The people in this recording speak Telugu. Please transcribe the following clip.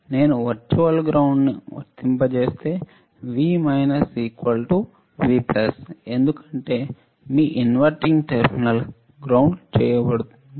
నేను వర్చువల్ గ్రౌండ్ను వర్తింపజేస్తే V V ఎందుకంటే మీ విలోమ టెర్మినల్ గ్రౌండ్ చేయబడింది